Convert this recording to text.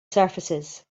surfaces